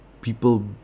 people